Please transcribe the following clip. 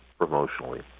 promotionally